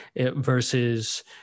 versus